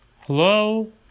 hello